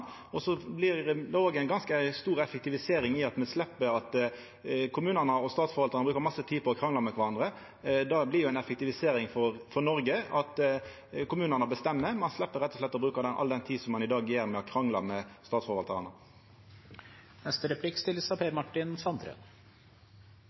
Det blir òg ei ganske stor effektivisering i at me slepp at kommunane og Statsforvaltaren brukar masse tid på å krangla med kvarandre. Det blir jo ei effektivisering for Noreg at kommunane bestemmer. Ein slepp rett og slett å bruka all den tida ein i dag brukar på å krangla med